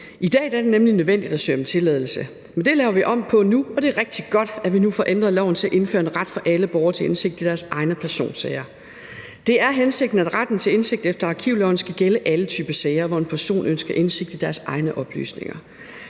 I dag er det nemlig nødvendigt at søge om tilladelse, men det laver vi om på nu, og det er rigtig godt, at vi nu får ændret loven i forhold til at indføre en ret for alle borgere til indsigt i deres egne personsager. Det er hensigten, at retten til indsigt efter arkivloven skal gælde alle typer sager, hvor en person ønsker indsigt i sine egne oplysninger.